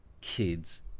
kids